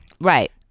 Right